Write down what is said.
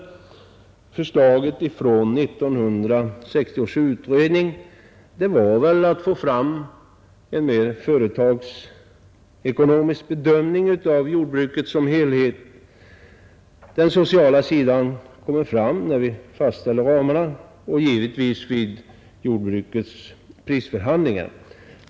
Syftet med 1960 års utrednings förslag var väl att få fram en företagsekonomiskt mer riktig bedömning av jordbruket som helhet. Den sociala sidan kommer in i bilden när vi fastställer ramarna och givetvis även vid jordbrukets prisförhandlingar.